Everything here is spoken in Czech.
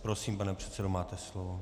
Prosím, pane předsedo, máte slovo.